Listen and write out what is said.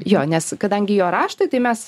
jo nes kadangi jo raštai tai mes